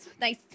nice